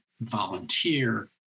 volunteer